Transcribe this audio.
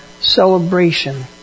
celebration